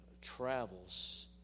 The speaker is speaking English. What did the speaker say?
travels